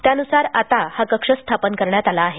त्यानुसार आता हा कक्ष स्थापन करण्यात आला आहे